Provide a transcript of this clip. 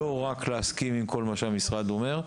לא רק להסכים עם כל מה שהמשרד אומר.